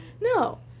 No